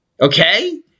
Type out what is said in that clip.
okay